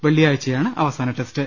വെള്ളി യാഴ്ചയാണ് അവസാന ടെസ്റ്റ്